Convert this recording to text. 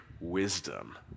wisdom